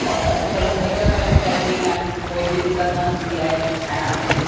और अॼुकल्ह त हिक खां हिकु टैक्निक आहिनि कोई बि दिक़त न थींदी आहे ठाहिण में